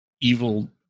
Evil